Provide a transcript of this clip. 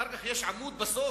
ואחר כך יש עמוד בסוף,